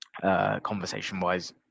Conversation-wise